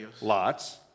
Lots